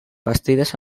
bastides